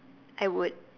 I would